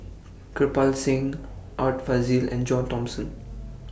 Kirpal Singh Art Fazil and John Thomson